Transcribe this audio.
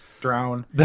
Drown